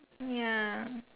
ya